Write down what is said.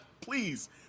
please